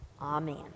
Amen